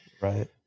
Right